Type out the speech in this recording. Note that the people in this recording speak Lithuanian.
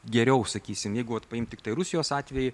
geriau sakysim jeigu vat paimti tiktai rusijos atvejį